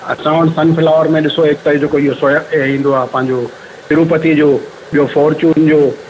असां वटि सनफ्लावर में ॾिसो हिकु त ई जेको इहो सोया ए ईंदो आहे पंहिंजो तिरुपति जो ॿियो फोर्चून जो